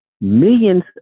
Millions